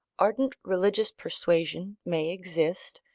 ardent religious persuasion may exist,